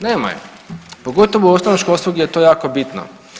Nema je, pogotovo u osnovno školstvu gdje je to jako bitno.